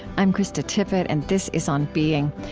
i'm krista tippett, and this is on being.